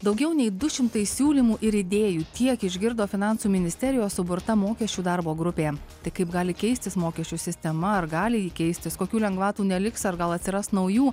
daugiau nei du šimtai siūlymų ir idėjų tiek išgirdo finansų ministerijos suburta mokesčių darbo grupė tai kaip gali keistis mokesčių sistema ar gali ji keistis kokių lengvatų neliks ar gal atsiras naujų